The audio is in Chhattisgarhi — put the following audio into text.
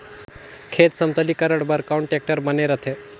खेत समतलीकरण बर कौन टेक्टर बने रथे?